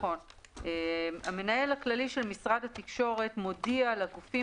(ג) המנהל הכללי של משרד התקשורת מודיע לגופים